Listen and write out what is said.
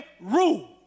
rule